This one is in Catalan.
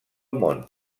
món